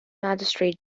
magistrate